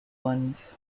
ones